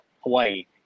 hawaii